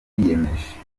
twiyemeje